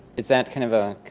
is that kind of a